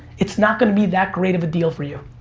it's not gonna be that great of a deal for you.